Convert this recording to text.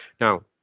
Now